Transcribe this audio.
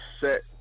set